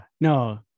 No